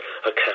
account